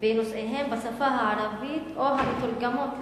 בנושאיהן בשפה הערבית או מתורגמות לערבית,